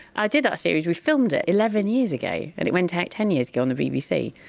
i did that series, we filmed it eleven years ago and it went out ten years ago on the bbc,